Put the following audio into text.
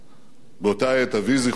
באותה עת, אבי זיכרונו לברכה,